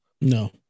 No